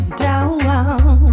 down